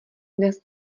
dnes